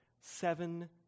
Seven